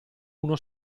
uno